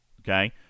Okay